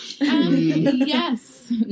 Yes